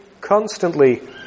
constantly